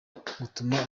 gutuma